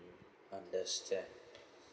understand